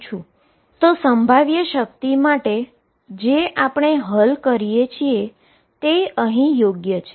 તેથી પોટેંશિઅલ માટે આપણે જે હલ કરીએ છીએ તે અહીં યોગ્ય છે